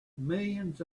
millions